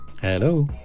Hello